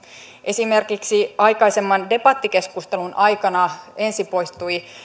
esimerkiksi aikaisemmin debattikeskustelun aikana ensin poistui